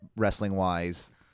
Wrestling-wise